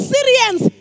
Syrians